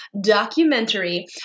documentary